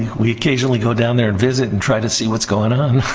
we occasionally go down there and visit and try to see what's going on.